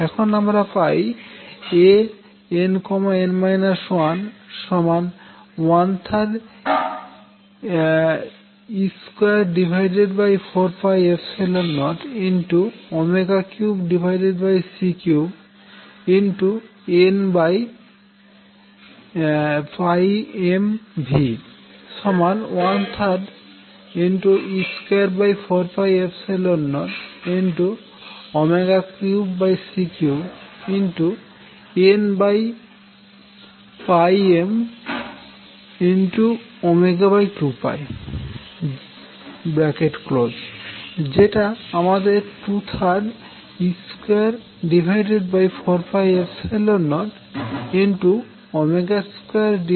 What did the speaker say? এখন আমরা পাইAnn 1 13e2403C3 nm 13e2403C3 nm2 যেটা আমাদের 23e2402mC3nদেয়